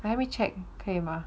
can help me check 可以吗